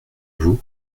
vous